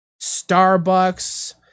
starbucks